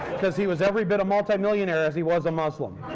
because he was every bit a multimillionaire as he was a muslim.